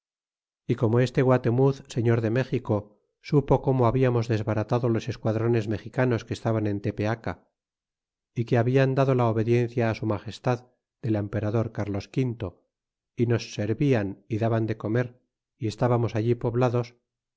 y como este guatemuz señor de méxico supo como hablamos desbaratado los esquadrones mexicanos que estaban en tepeaca y que habian dado la obediencia á su magestad del emperador crlos quinto y nos servian y daban de comer y estábamos allí poblados